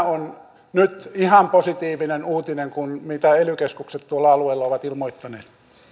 on nyt ihan positiivinen uutinen mitä ely keskukset tuolla alueella ovat ilmoittaneet